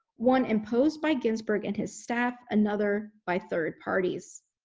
one imposed by ginsburg and his staff another by third parties.